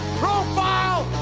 profile